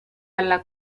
alla